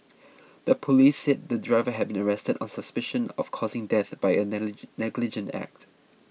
the police said the driver has been arrested on suspicion of causing death by a negligent act